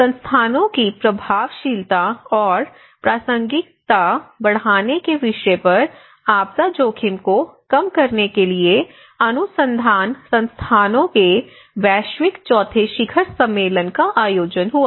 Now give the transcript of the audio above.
संस्थानों की प्रभावशीलता और प्रासंगिकता बढ़ाने के विषय पर आपदा जोखिम को कम करने के लिए अनुसंधान संस्थानों के वैश्विक चौथे शिखर सम्मेलन का आयोजन हुआ